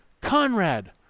Conrad